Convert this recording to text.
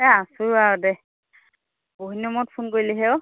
এ আছোঁ আৰু দে বহু দিনৰ মূৰত ফোন কৰিলেহে ও